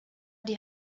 die